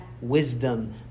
wisdom